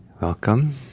welcome